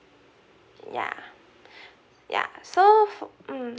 yeah yeah so for mm